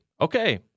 okay